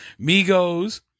Migos